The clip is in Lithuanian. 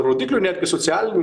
rodiklių netgi socialinių